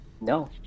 No